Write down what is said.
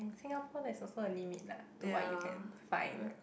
Singapore there's also a limit lah to what you can find